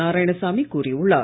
நாராயணசாமி கூறியுள்ளார்